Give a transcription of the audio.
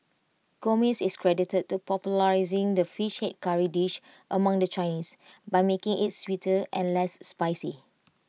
Gomez is credited to popularising the fish Head Curry dish among the Chinese by making IT sweeter and less spicy